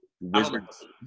Wizards